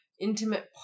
intimate